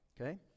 okay